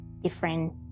different